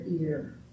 ear